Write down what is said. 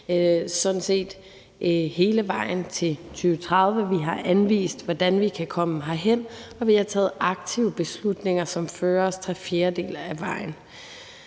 sådan set hele vejen til 2030. Vi har anvist, hvordan vi kan komme derhen, og vi har taget aktive beslutninger, som fører os tre fjerdedele af vejen.